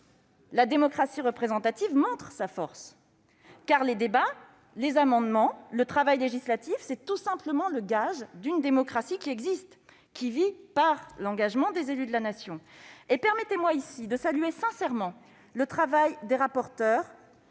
la démocratie représentative montre sa force : le débat, les amendements, le travail législatif sont tout simplement le gage d'une démocratie qui existe, qui vit par l'engagement des élus de la Nation. Permettez-moi de saluer sincèrement le travail des rapporteurs,